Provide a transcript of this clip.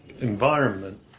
environment